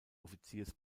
offiziers